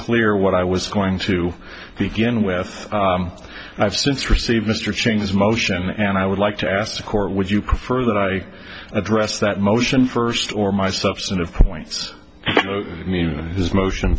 clear what i was going to begin with i've since received mr cheney's motion and i would like to ask the court would you prefer that i address that motion first or my substantive points i mean this motion